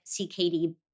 CKD